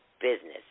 business